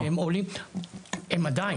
הם עדיין,